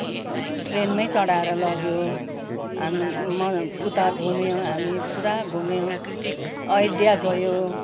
ट्रेनमै चढाएर लग्यो हाम् म उता घुम्यो हामी पुरा घुम्यो अयोध्या गयो